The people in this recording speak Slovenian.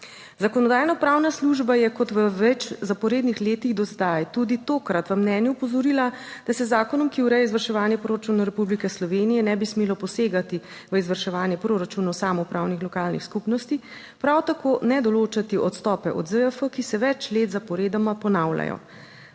Zakonodajno-pravna služba je kot v več zaporednih letih do zdaj tudi tokrat v mnenju opozorila, da se z zakonom, ki ureja izvrševanje proračuna Republike Slovenije, ne bi smelo posegati v izvrševanje proračunov samoupravnih lokalnih skupnosti, prav tako ne določati odstope od ZJF, ki se več let zaporedoma ponavljajo.